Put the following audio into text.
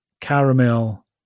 caramel